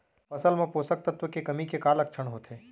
फसल मा पोसक तत्व के कमी के का लक्षण होथे?